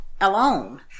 alone